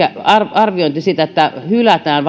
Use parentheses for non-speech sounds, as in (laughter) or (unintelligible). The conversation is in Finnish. arviointi siitä että hylätään (unintelligible)